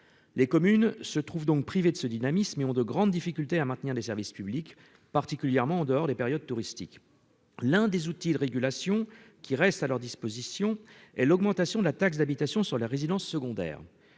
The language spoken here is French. Les communes se trouvent donc privées de ce dynamisme et ont de grandes difficultés à maintenir des services publics, particulièrement en dehors des périodes touristiques. L'un des outils de régulation qui reste à leur disposition est l'augmentation de la taxe d'habitation sur les résidences secondaires.